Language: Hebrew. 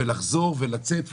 ולחזור ולצאת ולחזור,